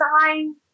sign